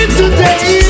today